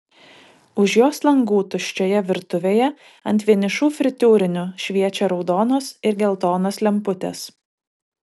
už jos langų tuščioje virtuvėje ant vienišų fritiūrinių šviečia raudonos ir geltonos lemputės